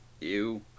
ew